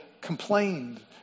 complained